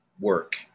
work